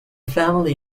family